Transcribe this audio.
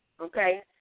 okay